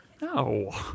No